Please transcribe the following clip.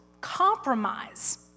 compromise